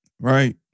right